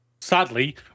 sadly